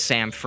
Sam